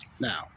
Now